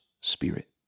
spirit